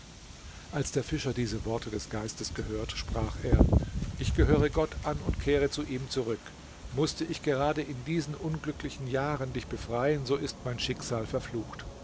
als der fischer diese worte des geistes gehört sprach er ich gehöre gott an und kehre zu ihm zurück mußte ich gerade in diesen unglücklichen jahren dich befreien so ist mein schicksal verflucht